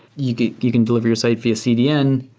you you can deliver your site via cdn,